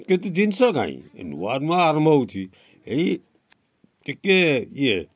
କିନ୍ତୁ ଜିନିଷ କାଇଁ ନୂଆ ନୂଆ ଆରମ୍ଭ ହେଉଛି ଏଇ ଟିକେ ଇଏ